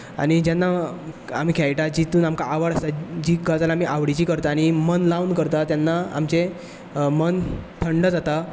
आनी जेन्ना आमी खेळटात जितून आमकां आवड आसता जी गजाल आमी आवडीची करताली मन लाव करता तेन्ना आमचे मन थंड जाता